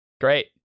Great